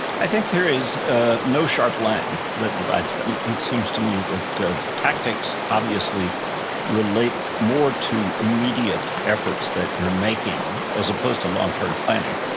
i think there is a no sharp line that divides them. it seems to me that tactics obviously relate more to immediate efforts that you're making as opposed to long-term planning,